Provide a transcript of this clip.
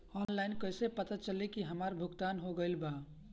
Online कईसे पता चली की हमार भुगतान हो गईल बा?